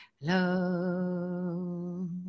love